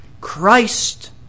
Christ